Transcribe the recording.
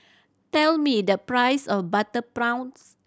tell me the price of butter prawns